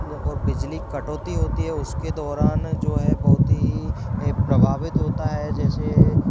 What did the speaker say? और बिजली कटौती होती है उसके दौरान जो है बहुत ही प्रभावित होता है जैसे